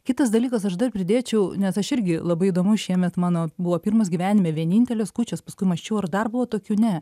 kitas dalykas aš dar pridėčiau nes aš irgi labai įdomu šiemet mano buvo pirmos gyvenime vienintelės kūčios paskui mąsčiau ar dar buvo tokių ne